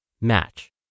match